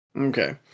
Okay